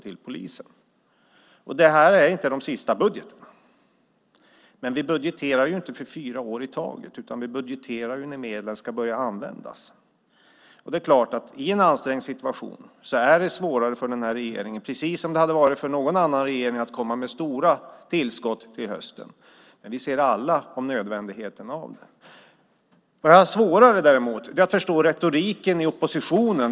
Och den här budgeten är inte den sista, men vi budgeterar inte för fyra år i taget utan vi budgeterar när medlen ska börja användas. I en ansträngd situation är det naturligtvis svårare för regeringen, precis som det hade varit för varje annan regering, att komma med stora tillskott till hösten. Men vi ser alla nödvändigheten av det. Däremot har jag svårare att förstå retoriken hos oppositionen.